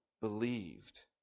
believed